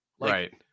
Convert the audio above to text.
Right